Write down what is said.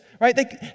right